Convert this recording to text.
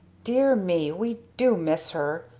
dear me! we do miss her!